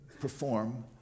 perform